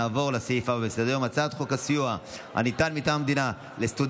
נעבור להצבעה על הצעת החוק להגנה על עיתונאים (תיקוני חקיקה),